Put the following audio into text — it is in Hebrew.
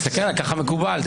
תסתכל עליי, ככה מקובל.